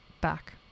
back